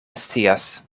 scias